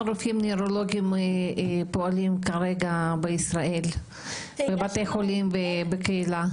רופאים נוירולוגים פועלים כרגע ישראל בבתי חולים ובקהילה?